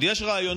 עוד יש רעיונות